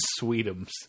Sweetums